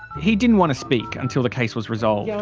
he didn't want to speak until the case was resolved. yeah